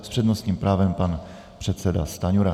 S přednostním právem pan předseda Stanjura.